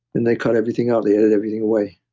and they cut everything out. they edited everything away.